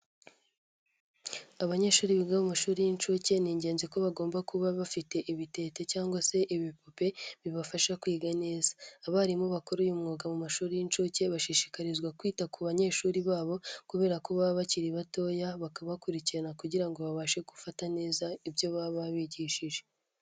Abanyeshuri biga mu mashuri y'incuke, ni ingenzi ko bagomba kuba bafite ibitente cyangwa se ibipupe bibafasha kwiga neza. Abarimu bakora uyu mwuga mu mashuri y'incuke bashishikarizwa kwita ku banyeshuri babo, kubera ko baba bakiri bato bakabakurikirana kugira ngo babashe gufata neza ibyo baba bigishije.